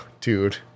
dude